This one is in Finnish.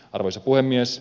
arvoisa puhemies